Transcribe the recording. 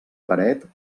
paret